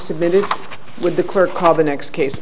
submitted with the clerk of the next case